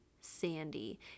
Sandy